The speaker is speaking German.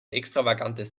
extravagantes